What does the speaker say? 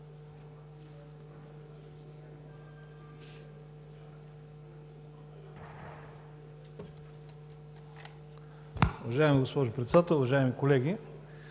уважаема госпожо Председател. Уважаеми колеги,